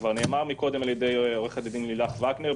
כבר נאמר קודם על ידי עו"ד לילך וגנר,